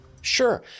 Sure